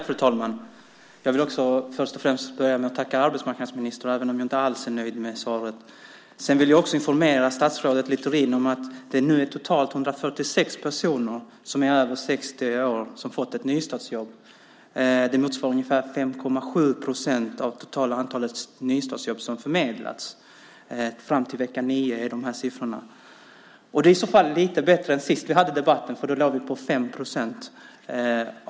Fru talman! Jag vill också först och främst börja med att tacka arbetsmarknadsministern, även om jag inte alls är nöjd med svaret. Sedan vill jag också informera statsrådet Littorin om att det nu är totalt 146 personer över 60 år som har fått ett nystartsjobb. Det motsvarar ungefär 5,7 procent av det totala antalet förmedlade nystartsjobb. Siffrorna gäller fram till vecka 9. Det är i så fall lite bättre än sist vi hade denna debatt. Då talade vi om 5 procent.